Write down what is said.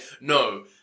no